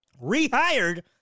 Rehired